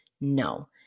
No